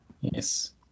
Yes